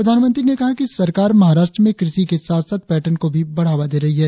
प्रधानमंत्री ने कहा कि सरकार महाराष्ट्र में कृषि के साथ साथ पयर्टन को भी बढ़ावा दे रही है